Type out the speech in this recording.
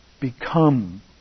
become